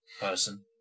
person